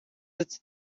its